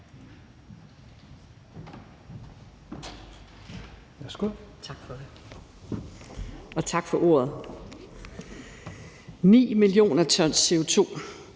Tak for ordet.